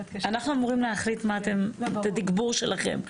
אנחנו אמורים להחליט מה אתם, את התגבור שלכם.